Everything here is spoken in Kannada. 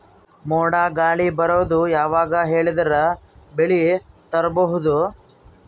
ಮೋಡ ಗಾಳಿ ಬರೋದು ಯಾವಾಗ ಹೇಳಿದರ ಬೆಳೆ ತುರಬಹುದು?